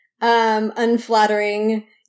unflattering